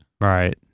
Right